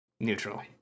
neutral